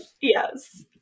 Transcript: yes